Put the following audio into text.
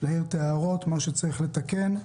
להעיר הערות למה שצריך לתקן,